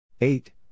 Eight